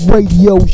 Radio